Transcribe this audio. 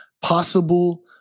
possible